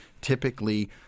Typically